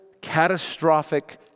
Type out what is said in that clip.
catastrophic